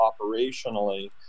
operationally